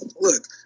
look